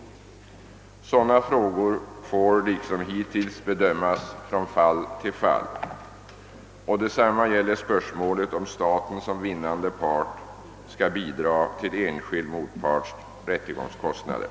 Sådana frågor får liksom hittills bedömas från fall till fall. Detsamma gäller spörsmålet om staten som vinnande part skall bidra till enskild motparts rättegångskostnader.